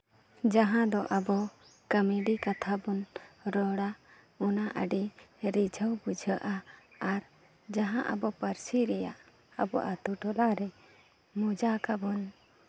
ᱡᱟᱦᱟᱸ ᱫᱚ ᱟᱵᱚ ᱠᱚᱢᱮᱰᱤ ᱠᱟᱛᱷᱟ ᱵᱚᱱ ᱨᱚᱲᱟ ᱚᱱᱟ ᱟᱹᱰᱤ ᱨᱤᱡᱷᱟᱹᱣ ᱵᱩᱡᱷᱟᱹᱜᱼᱟ ᱟᱨ ᱡᱟᱦᱟᱸ ᱟᱵᱚ ᱯᱟᱹᱨᱥᱤ ᱨᱮᱭᱟᱜ ᱟᱵᱚ ᱟᱹᱛᱩ ᱴᱚᱞᱟᱨᱮ ᱢᱚᱡᱟᱠ ᱟᱵᱚᱱ